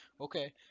Okay